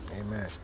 Amen